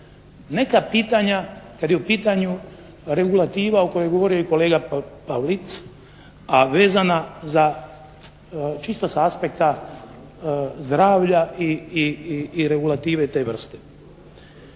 neka pitanja kada je u pitanju regulativa o kojoj je govorio i kolega Pavlic, a vezana za čisto sa aspekta zdravlja i regulative te vrste.